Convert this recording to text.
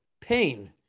pain